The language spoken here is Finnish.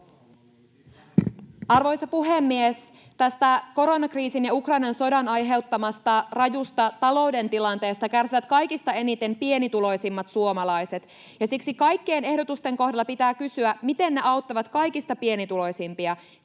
Arvoisa puhemies! Tästä koronakriisin ja Ukrainan sodan aiheuttamasta rajusta talouden tilanteesta kärsivät kaikista eniten pienituloisimmat suomalaiset, ja siksi kaikkien ehdotusten kohdalla pitää kysyä, miten ne auttavat kaikista pienituloisimpia.